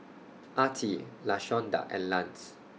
Artie Lashonda and Lance